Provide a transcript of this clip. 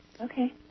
Okay